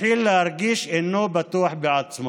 מתחיל להרגיש שהוא אינו בטוח בעצמו.